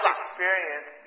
experience